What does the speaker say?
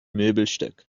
möbelstück